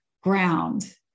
ground